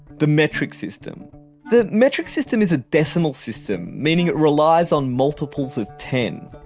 the metric system the metric system is a decimal system, meaning it relies on multiples of ten.